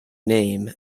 name